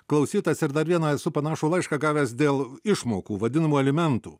klausytojas ir dar vieną esu panašų laišką gavęs dėl išmokų vadinamų alimentų